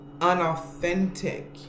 unauthentic